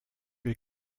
will